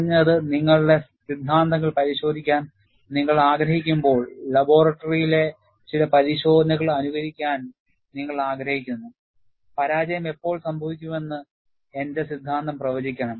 കുറഞ്ഞത് നിങ്ങളുടെ സിദ്ധാന്തങ്ങൾ പരിശോധിക്കാൻ നിങ്ങൾ ആഗ്രഹിക്കുമ്പോൾ ലബോറട്ടറിയിലെ ചില പരിശോധനകൾ അനുകരിക്കാൻ നിങ്ങൾ ആഗ്രഹിക്കുന്നു പരാജയം എപ്പോൾ സംഭവിക്കുമെന്ന് എന്റെ സിദ്ധാന്തം പ്രവചിക്കണം